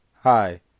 Hi